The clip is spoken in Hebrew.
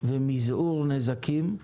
מזעור נזקים,